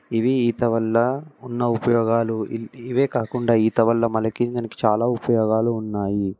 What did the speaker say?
ఇవి ఈత వల్ల ఉన్న ఉపయోగాలు ఇవే కాకుండా ఈత వల్ల మనకి చాలా ఉపయోగాలు ఉన్నాయి